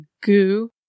goo